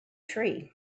tree